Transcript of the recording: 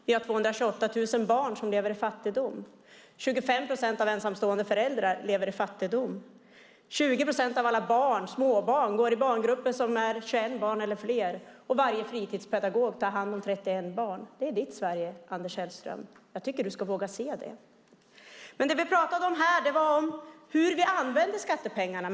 Vi har 228 000 barn som lever i fattigdom. 25 procent av ensamstående föräldrar lever i fattigdom. 20 procent av alla småbarn går i barngrupper med 21 barn eller fler. Varje fritidspedagog tar hand om 31 barn. Det är ditt Sverige, Anders Sellström. Jag tycker att du ska våga se det. Nu pratade vi om hur vi använder skattepengarna.